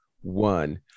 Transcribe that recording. one